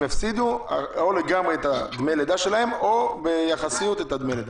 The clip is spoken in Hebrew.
יפסידו לגמרי את דמי הלידה שלהן או באופן יחסי.